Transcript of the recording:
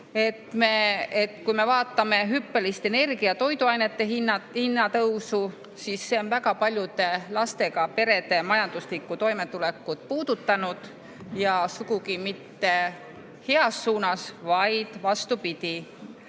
teeme? Vaatame hüppelist energia ja toiduainete hinna tõusu – see on väga paljude lastega perede majanduslikku toimetulekut puudutanud ja sugugi mitte heas suunas, vaid vastupidi.